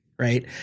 Right